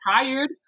tired